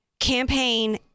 campaign